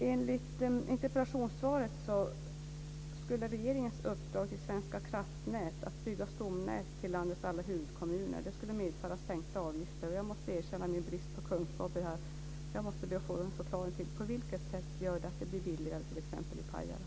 Enligt interpellationssvaret skulle regeringens uppdrag till Svenska Kraftnät att bygga stomnät till landets alla huvudkommuner medföra sänkta avgifter. Jag måste erkänna min brist på kunskap och be att få en förklaring till på vilket sätt det gör att det blir billigare i t.ex. Pajala.